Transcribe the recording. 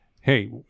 hey